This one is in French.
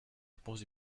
réponse